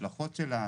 ההשלכות שלה,